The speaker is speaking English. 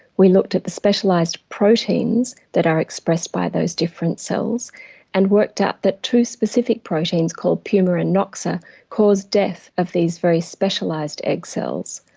we looked at the specialised proteins that are expressed by those different cells and worked out that two specific proteins called puma and noxa cause death of these very specialised egg cells.